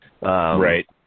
Right